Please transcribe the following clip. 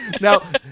Now